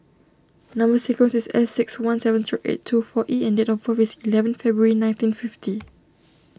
Number Sequence is S six one seven zero eight two four E and date of birth is eleven February nineteen fifty